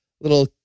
little